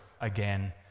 again